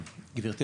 גברתי,